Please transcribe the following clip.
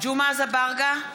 ג'מעה אזברגה,